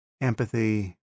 empathy